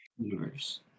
universe